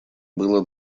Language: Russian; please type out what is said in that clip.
было